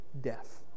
death